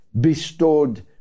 bestowed